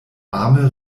ame